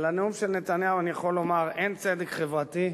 על הנאום של נתניהו אני יכול לומר: אין צדק חברתי,